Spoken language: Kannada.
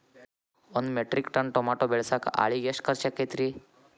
ಒಂದು ಮೆಟ್ರಿಕ್ ಟನ್ ಟಮಾಟೋ ಬೆಳಸಾಕ್ ಆಳಿಗೆ ಎಷ್ಟು ಖರ್ಚ್ ಆಕ್ಕೇತ್ರಿ?